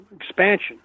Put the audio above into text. Expansion